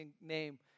name